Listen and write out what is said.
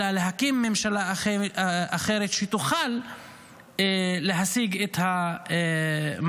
אלא להקים ממשלה אחרת, שתוכל להשיג את המטרה.